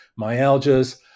myalgias